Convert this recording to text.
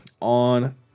on